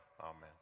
amen